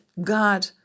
God